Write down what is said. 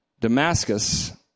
Damascus